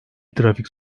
trafik